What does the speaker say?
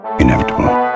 inevitable